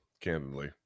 candidly